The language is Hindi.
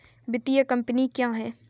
वित्तीय कम्पनी क्या है?